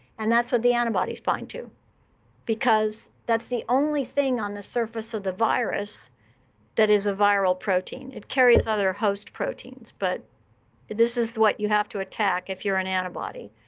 and that's what the antibodies bind to because that's the only thing on the surface of the virus that is a viral protein. it carries other host proteins, but this is what you have to attack if you're an antibody.